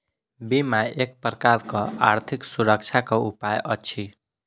बीमा एक प्रकारक आर्थिक सुरक्षाक उपाय अछि